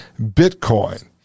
bitcoin